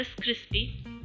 crispy